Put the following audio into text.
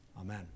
amen